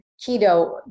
keto